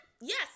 Yes